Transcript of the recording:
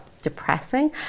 depressing